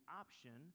option